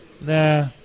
Nah